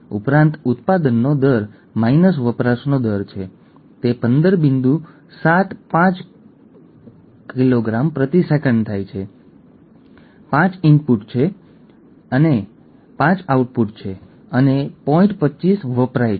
તેવી જ રીતે હિમોગ્લોબિનમાં થેલેસેમિયા એ ખોટી પેટા એકમ રચના છે ક્યાં તો આલ્ફા સબ યુનિટ અથવા બીટા સબ યુનિટ ખોટી રીતે રચાય છે તે સિકલ સેલ એનિમિયાથી અલગ છે